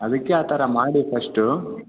ಅದಕ್ಕೆ ಆ ಥರ ಮಾಡಿ ಫಸ್ಟು